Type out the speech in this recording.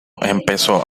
empezó